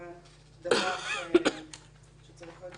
שצריך עוד